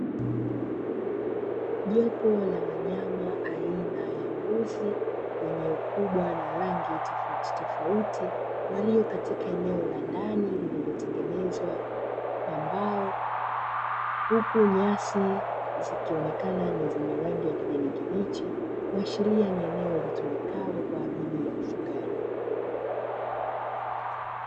Jopo la wanyama aina ya mbuzi wenye ukubwa na rangi tofautitofauti, walio katika eneo la ndani lililo tengenezwa kwa mbao, huku nyasi zikionekana ni zenye rangi ya kijani kibichi, kuashiria ni eneo litumikalo kwa ajili ya ufugaji.